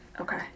Okay